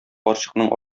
карчыкның